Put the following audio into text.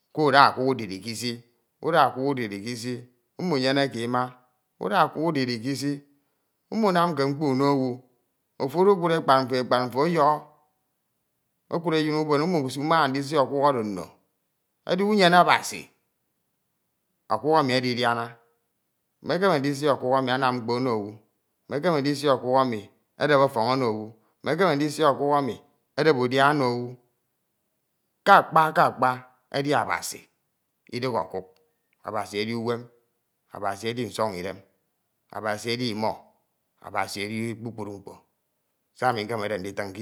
Kuda ọkuk udiri ke isi. Uda ọkuk udiri ke ìsi umunyeneke ima. Uda ọkuk udira ke ìsi umunamke mkpo uno owu. Ofo udukudekpad mfo, ekpad mfo ọyọhọ, ekud eyin ubuene, umumaña ndisi ọkuk ono nno. Edi unyene Abasi okuk emi edidiana, mekeme ndisi ọkuk emi anam mkpo ono owu, mekeme ndisi ọkuk emi edep ọfọñ ono owu, mekeme ndisi ọkuk edep udia ono owu. Ke akpa ke Akpa edi Abasi idighe ọkuk. Abasi edi uwem, Abasi edi nsọñ idem. Abasi edi imo, Abasi edi kpukpru mkpo. Se ami nkemede nditen.